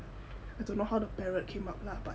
I don't know how the parrot came up lah but